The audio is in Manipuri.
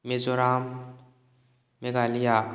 ꯃꯦꯖꯣꯔꯥꯝ ꯃꯦꯘꯥꯂꯤꯌꯥ